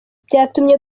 byatumye